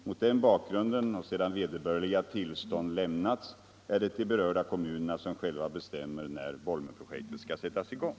Mot den bakgrunden, och sedan vederbörliga tillstånd lämnats, är det de berörda kommunerna som själva bestämmer när Bolmenprojektet skall sättas i gång.